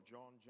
John